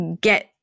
get